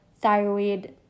thyroid